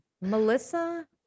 melissa